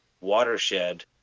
watershed